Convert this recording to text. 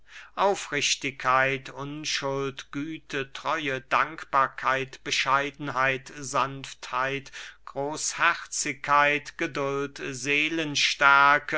aufrichtigkeit unschuld güte treue dankbarkeit bescheidenheit sanftheit großherzigkeit geduld